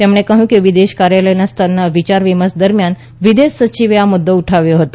તેમણે કહ્યું કે વિદેશ કાર્યાલય સ્તરના વિચાર વિમર્શ દરમ્યાન વિદેશ સચિવે આ મુદ્દો ઉઠાવ્યો હતો